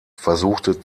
versuchte